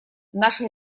наше